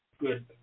good